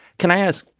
can i ask,